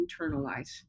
internalize